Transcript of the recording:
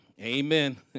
Amen